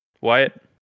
Wyatt